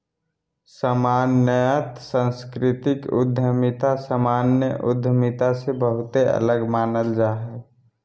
सामान्यत सांस्कृतिक उद्यमिता सामान्य उद्यमिता से बहुते अलग मानल जा हय